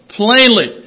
plainly